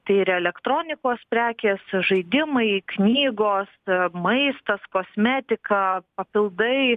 tai ir elektronikos prekės žaidimai knygos maistas kosmetika papildai